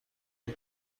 فکر